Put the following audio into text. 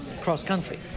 cross-country